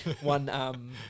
One